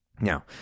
Now